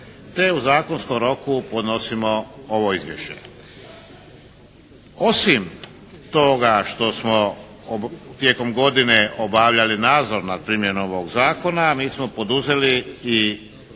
te u zakonskom roku podnosimo ovo izvješće. Osim toga što smo tijekom godine obavljali nadzor nad primjenom ovog zakona mi smo poduzeli i široke mjere